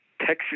Texas